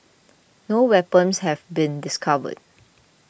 no weapons have been discovered